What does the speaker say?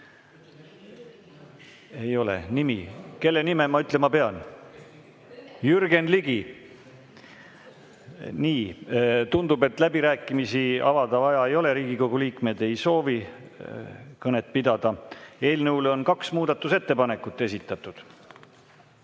midagi.) Nimi? Kelle nime ma ütlema pean? Jürgen Ligi! Nii, tundub, et läbirääkimisi avada vaja ei ole. Riigikogu liikmed ei soovi kõnet pidada. Eelnõu kohta on kaks muudatusettepanekut esitatud.